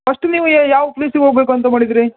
first ನೀವು ಯಾವ ಪ್ಲೇಸಿಗೆ ಹೋಗ್ಬೇಕು ಅಂತ ಮಾಡಿದ್ದೀರಿ